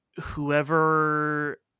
whoever